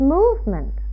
movement